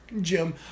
Jim